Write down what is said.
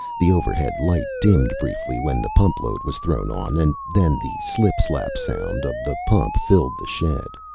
the overhead light dimmed briefly when the pump load was thrown on and then the slip-slap sound of the pump filled the shed.